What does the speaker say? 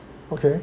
okay